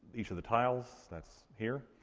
each of the tiles. that's here.